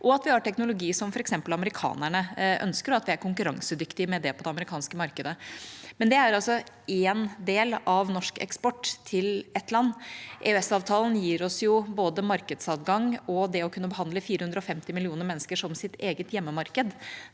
og at vi har teknologi som f.eks. amerikanerne ønsker, og at vi er konkurransedyktige med det på det amerikanske markedet. Men det er altså én del av norsk eksport til ett land. EØS-avtalen gir oss jo både markedsadgang og det å kunne behandle 450 millioner mennesker som vårt